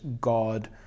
God